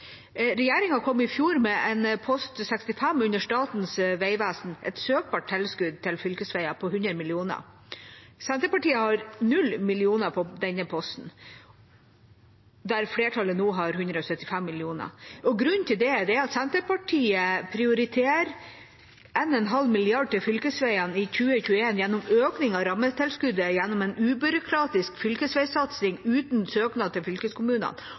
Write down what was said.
Regjeringa kom i fjor med en post 65 under Statens vegvesen, et søkbart tilskudd til fylkesveier på 100 mill. kr. Senterpartiet har 0 mill. kr på denne posten, der flertallet nå har 175 mill. kr, og grunnen til det er at Senterpartiet prioriterer 1,5 mrd. kr. til fylkesveiene i 2021 ved økning av rammetilskuddet gjennom en ubyråkratisk fylkesveisatsing uten søknad til fylkeskommunene.